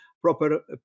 proper